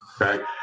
okay